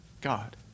God